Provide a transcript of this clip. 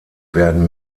werden